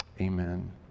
Amen